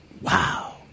Wow